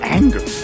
anger